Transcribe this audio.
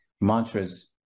mantras